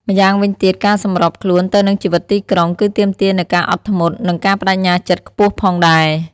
ម្យ៉ាងវិញទៀតការសម្របខ្លួនទៅនឹងជីវិតទីក្រុង គឺទាមទារនូវការអត់ធ្មត់ និងការប្ដេជ្ញាចិត្តខ្ពស់ផងដែរ។